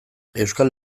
euskal